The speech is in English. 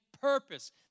purpose